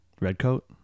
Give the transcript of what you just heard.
Redcoat